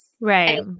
Right